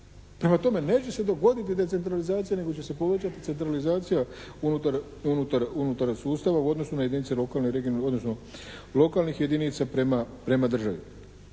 Prema tome, neće se dogoditi decentralizacija nego će se povećati centralizacija unutar sustava u odnosu na jedinice lokalne i regionalne,